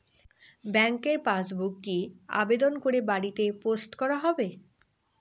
ব্যাংকের পাসবুক কি আবেদন করে বাড়িতে পোস্ট করা হবে?